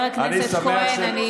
חבר הכנסת כהן, אני